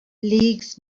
leagues